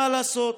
מה לעשות,